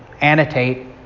annotate